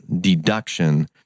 deduction